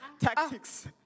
Tactics